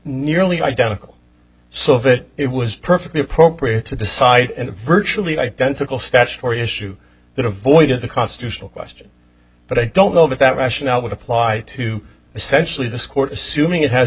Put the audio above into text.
nearly identical so if it it was perfectly appropriate to decide and a virtually identical statutory issue that avoided the constitutional question but i don't know that that rationale would apply to essentially this court assuming it has